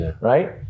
Right